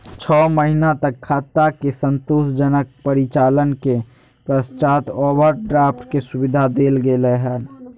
छो महीना तक खाता के संतोषजनक परिचालन के पश्चात ओवरड्राफ्ट के सुविधा देल गेलय हइ